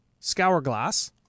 Scourglass